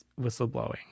whistleblowing